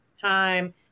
time